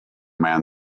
man